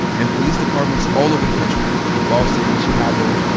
and police departments all over the country, in boston, chicago,